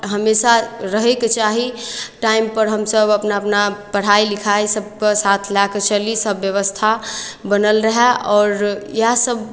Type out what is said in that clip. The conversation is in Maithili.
हमेशा रहयके चाही टाइमपर हमसभ अपना अपना पढ़ाइ लिखाइ सभके साथ लए कऽ चली सभ व्यवस्था बनल रहय आओर इएहसभ